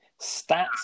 Stats